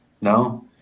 No